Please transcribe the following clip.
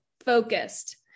focused